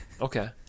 Okay